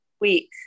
week